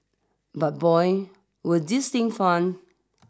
but boy were these thing fun